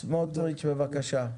סמוטריץ', בבקשה.